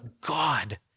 God